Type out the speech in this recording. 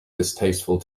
distasteful